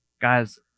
Guys